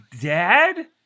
dad